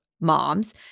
moms